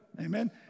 Amen